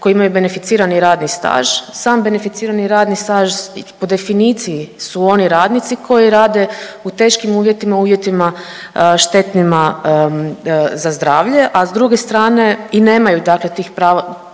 koji imaju beneficirani radni staž, sam beneficirani radni staž po definiciji su oni radnici koji rade u teškim uvjetima, u uvjetima štetnima za zdravlje, a s druge strane i nemaju dakle tih prava,